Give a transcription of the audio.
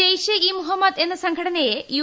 ജെയ്ഷ ഇ മുഹമ്മദ് എന്ന സംഘടനയെ യു